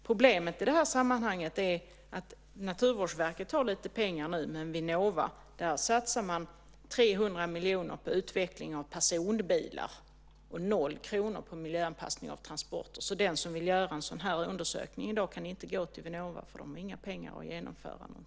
Problemet i det här sammanhanget är att Naturvårdsverket har en del pengar medan Vinnova satsar 300 miljoner på utveckling av personbilar och noll kronor på miljöanpassning av transporter. Den som vill göra en sådan undersökning kan alltså i dag inte gå till Vinnova för de har inga pengar till att genomföra den.